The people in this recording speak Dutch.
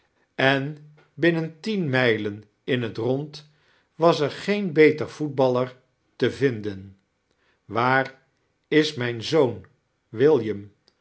en binmen tien mijlen in het irond was er geen beter footballer te vinden waar is mijn zoon william